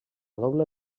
doble